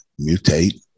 mutate